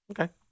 Okay